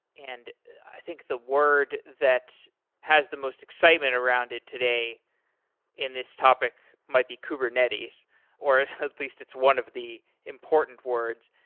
and i think the word that has the most excitement around it today in this topic might be kubernetes or at least it's one of the important words.